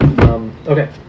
Okay